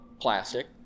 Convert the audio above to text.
plastic